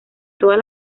todas